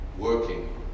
Working